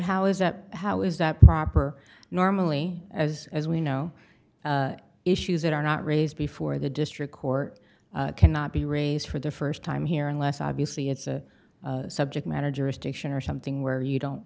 how is that how is that proper normally as as we know issues that are not raised before the district court cannot be raised for the st time here unless obviously it's a subject matter jurisdiction or something where you don't